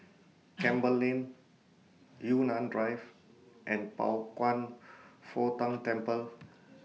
Campbell Lane Yunnan Drive and Pao Kwan Foh Tang Temple